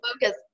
focus